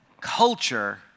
culture